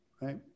right